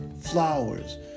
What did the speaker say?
Flowers